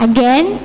Again